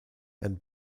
and